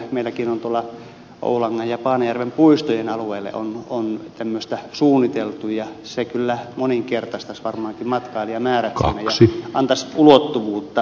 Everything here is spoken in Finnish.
meilläkin on oulangan ja paanajärven puistojen alueelle tämmöistä suunniteltu ja se kyllä moninkertaistaisi varmaankin matkailijamäärät siellä seudulla ja antaisi ulottuvuutta